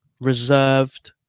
reserved